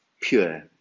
pure